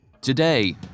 Today